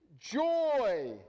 joy